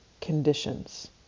conditions